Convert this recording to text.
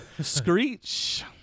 Screech